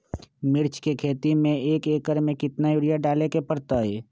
मिर्च के खेती में एक एकर में कितना यूरिया डाले के परतई?